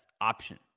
option